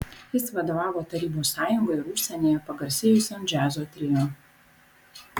jis vadovavo tarybų sąjungoje ir užsienyje pagarsėjusiam džiazo trio